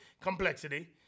complexity